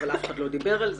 אבל אף אחד לא דיבר על זה.